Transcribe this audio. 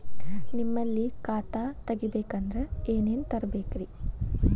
ನಿಮ್ಮಲ್ಲಿ ಖಾತಾ ತೆಗಿಬೇಕಂದ್ರ ಏನೇನ ತರಬೇಕ್ರಿ?